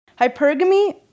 Hypergamy